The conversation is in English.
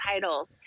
titles